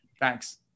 Thanks